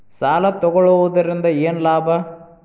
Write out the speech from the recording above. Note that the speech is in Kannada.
ಸಾಲ ತಗೊಳ್ಳುವುದರಿಂದ ಏನ್ ಲಾಭ?